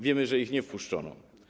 Wiemy, że ich nie wpuszczono.